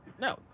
No